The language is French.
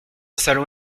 salon